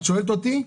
אם את שואלת אותי,